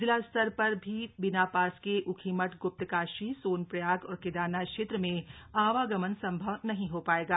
जिलास्तर पर भी बिना पास के ऊखीमठ गुप्तकाशी सोनप्रयाग और केदारनाथ क्षेत्र में आवागमन संभव नहीं हो पाएगा